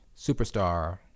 superstar